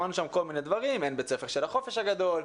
שמענו כל מיני דברים שקורים שם כמו למשל שאין בית ספר של החופש הגדול.